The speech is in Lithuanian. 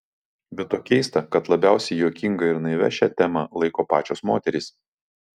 be to keista kad labiausiai juokinga ir naivia šią temą laiko pačios moterys